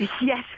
Yes